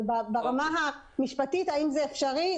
ברמה המשפטית, האם זה אפשרי?